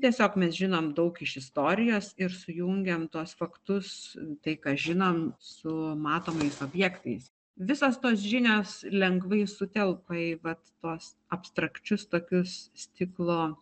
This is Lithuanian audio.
tiesiog mes žinom daug iš istorijos ir sujungiant tuos faktus tai ką žinom su matomais objektais visos tos žinios lengvai sutelpa į va tuos abstrakčius tokius stiklo